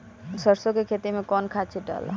सरसो के खेती मे कौन खाद छिटाला?